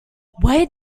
where